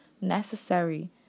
necessary